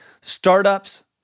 startups